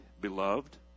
beloved